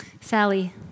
Sally